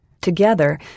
Together